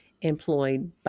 employed